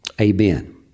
Amen